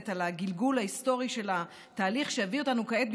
על הגלגול ההיסטורי של התהליך שהביא אותנו כעת,